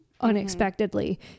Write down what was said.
unexpectedly